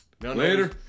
Later